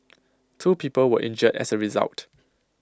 two people were injured as A result